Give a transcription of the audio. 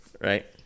Right